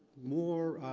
more,